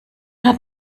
hat